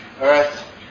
Earth